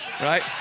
right